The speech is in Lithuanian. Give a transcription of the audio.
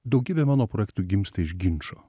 daugybė mano projektų gimsta iš ginčo